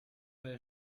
bei